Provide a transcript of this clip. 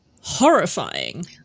horrifying